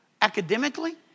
academically